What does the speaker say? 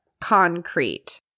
concrete